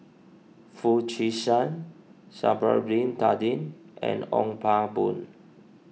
Foo Chee San Bin Tadin and Ong Pang Boon